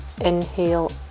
inhale